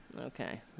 Okay